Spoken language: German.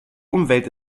umwelt